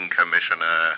Commissioner